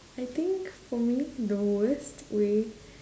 I think for me the worst way